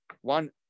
one